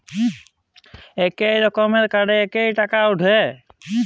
ইক রকমের কাড়ে ক্যইরে টাকা উঠে